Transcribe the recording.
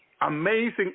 Amazing